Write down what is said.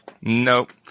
Nope